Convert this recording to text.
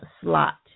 slot